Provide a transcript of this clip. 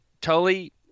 Tully